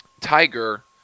Tiger